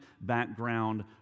background